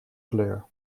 kleur